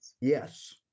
Yes